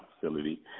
facility